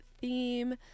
theme